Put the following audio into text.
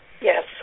Yes